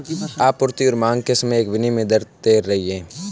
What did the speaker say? आपूर्ति और मांग के समय एक विनिमय दर तैर रही है